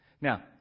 Now